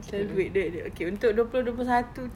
selalu duit duit duit okay untuk dua puluh dua puluh satu